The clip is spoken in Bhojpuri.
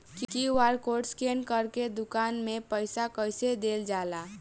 क्यू.आर कोड स्कैन करके दुकान में पईसा कइसे देल जाला?